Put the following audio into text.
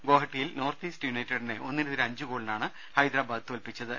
ഗോഹട്ടിയിൽ north east യുണൈറ്റഡിനെ ഒന്നിനെതിരെ അഞ്ച് ഗോളിനാണ് ഹൈദരാബാദ് തോൽപ്പിച്ചത്